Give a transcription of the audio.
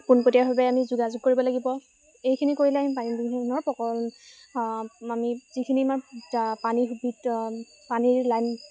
পোনপতীয়াভাৱে আমি যোগাযোগ কৰিব লাগিব এইখিনি কৰিলে আমি পানী বিভিন্ন ধৰণৰ আমি যিখিনি আমাৰ পানী পানীৰ লাইন